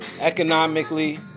economically